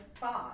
five